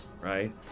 Right